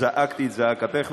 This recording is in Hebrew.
זעקתי את זעקתך,